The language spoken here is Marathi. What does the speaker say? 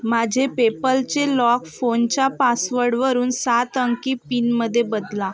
माझे पेपलचे लॉक फोनच्या पासवर्डवरून सात अंकी पिनमधे बदला